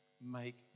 make